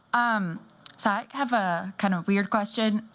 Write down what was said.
um so i have a kind of weird question.